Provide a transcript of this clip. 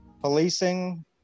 policing